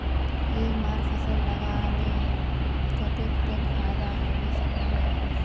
एक बार फसल लगाले कतेक तक फायदा होबे सकोहो होबे?